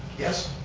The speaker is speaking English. yes?